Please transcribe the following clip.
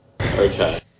Okay